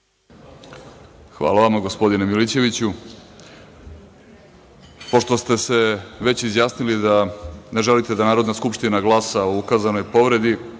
Zahvaljujem, gospodine Milićeviću. Pošto ste se već izjasnili da ne želite da Narodna skupština glasa o ukazanoj povredi,